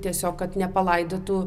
tiesiog kad nepalaidotų